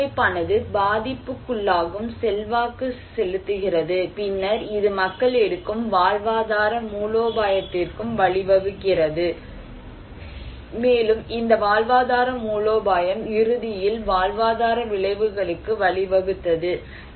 இந்த கட்டமைப்பானது பாதிப்புக்குள்ளாகவும் செல்வாக்கு செலுத்துகிறது பின்னர் இது மக்கள் எடுக்கும் வாழ்வாதார மூலோபாயத்திற்கும் வழிவகுக்கிறது மேலும் இந்த வாழ்வாதார மூலோபாயம் இறுதியில் வாழ்வாதார விளைவுகளுக்கு வழிவகுத்தது